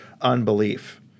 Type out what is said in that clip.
unbelief